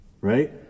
Right